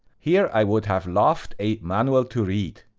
here, i would have loved a manual to read.